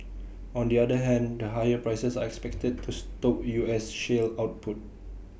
on the other hand the higher prices are expected to stoke U S shale output